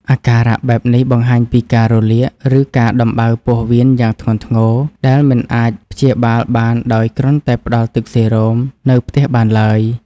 អាការៈបែបនេះបង្ហាញពីការរលាក ឬការដំបៅពោះវៀនយ៉ាងធ្ងន់ធ្ងរ ដែលមិនអាចព្យាបាលបានដោយគ្រាន់តែផ្តល់ទឹកសេរ៉ូម នៅផ្ទះបានឡើយ។